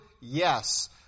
Yes